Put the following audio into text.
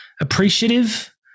appreciative